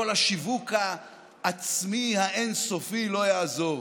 כל השיווק העצמי האין-סופי לא יעזור.